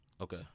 Okay